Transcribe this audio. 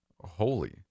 Holy